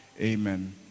Amen